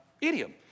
idiom